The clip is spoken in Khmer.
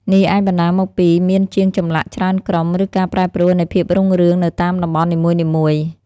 នេះអាចបណ្ដាលមកពីមានជាងចម្លាក់ច្រើនក្រុម ឬការប្រែប្រួលនៃភាពរុងរឿងនៅតាមតំបន់នីមួយៗ។